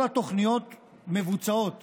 כל התוכניות מבוצעות